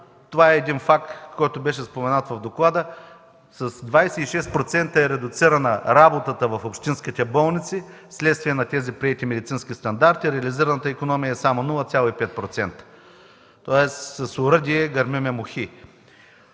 въпрос, факт, който беше споменат в доклада – с 26% е редуцирана работата в общинските болници вследствие на тези приети медицински стандарти, реализираната икономия е само 0,5%. Тоест с оръдие гърмим мухи.